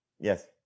Yes